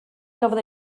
gafodd